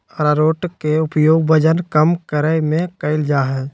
आरारोट के उपयोग वजन कम करय में कइल जा हइ